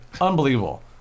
unbelievable